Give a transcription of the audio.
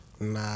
Nah